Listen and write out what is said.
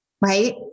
right